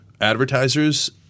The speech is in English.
advertisers –